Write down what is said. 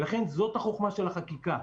לכן זאת החוכמה של החקיקה.